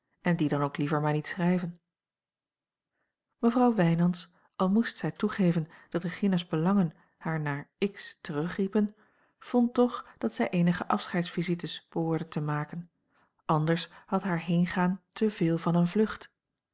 en die dan ook liever maar niet schrijven mevrouw wijnands al moest zij toegeven dat regina's belangen haar naar x terugriepen vond toch dat zij eenige afscheidsvisites behoorde te maken anders had haar heengaan te veel van eene vlucht